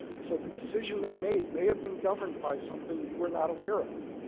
so the decision they made may have been governed by something you were not aware of.